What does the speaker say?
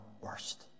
worst